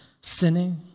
sinning